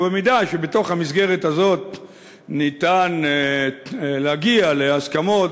ובמידה שבתוך המסגרת הזאת אפשר להגיע להסכמות,